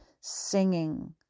singing